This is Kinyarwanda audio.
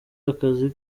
akazi